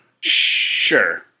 Sure